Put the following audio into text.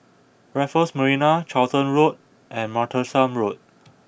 Raffles Marina Charlton Road and Martlesham Road